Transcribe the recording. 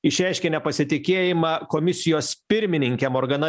išreiškė nepasitikėjimą komisijos pirmininke morgana